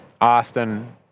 Austin